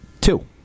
two